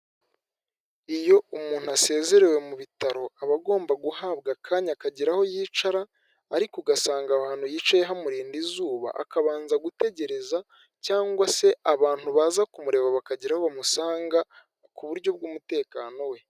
Iyo umuntu asezerewe mu bitaro aba agomba guhabwa akanya akagira aho yicara ariko ugasanga aho hantu yicaye hamurinda izuba akabanza gutegereza cyangwa se abantu baza kumureba bakagira aho bamusanga ku buryo bw'umutekano we.